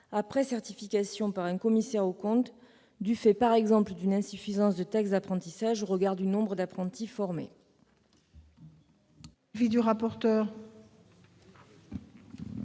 après certification par un commissaire aux comptes, du fait, par exemple, d'une insuffisance de taxe d'apprentissage au regard du nombre d'apprentis formés.